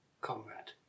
comrade